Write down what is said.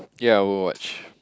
ya I'll go watch